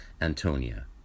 Antonia